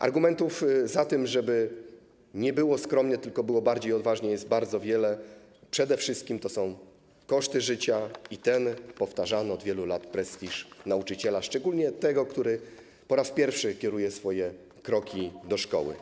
Argumentów za tym, żeby nie było skromnie, tylko bardziej odważnie, jest bardzo wiele, przede wszystkim chodzi o koszty życia i powtarzane od wielu lat słowa o prestiżu nauczyciela, szczególnie tego, który po raz pierwszy kieruje swoje kroki do szkoły.